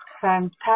fantastic